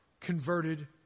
converted